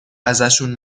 ازشون